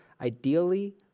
ideally